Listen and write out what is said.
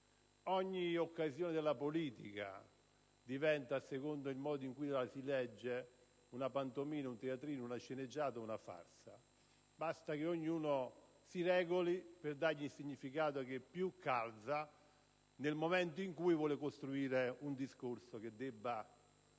Ogni occasione della politica, a seconda del modo in cui la si legge, è una pantomima, un teatrino, una sceneggiata o una farsa. Basta che ognuno si regoli per dargli il significato che più calza nel momento in cui vuole costruire un discorso per sottolineare